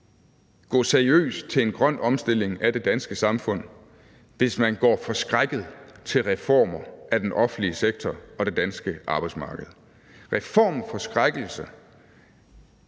gå seriøst til en grøn omstilling af det danske samfund, hvis man går forskrækket til reformer af den offentlige sektor og det danske arbejdsmarked. Reformforskrækkelse